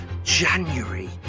January